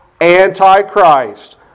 Antichrist